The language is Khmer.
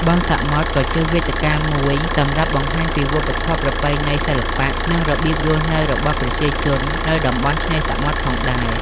បុណ្យសមុទ្រក៏ជាវេទិកាមួយសម្រាប់បង្ហាញពីវប្បធម៌ ប្រពៃណី សិល្បៈ និងរបៀបរស់នៅរបស់ប្រជាជននៅតំបន់ឆ្នេរផងដែរ។